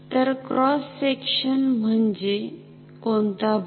तर cross section म्हणजे कोणता भाग